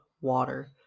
water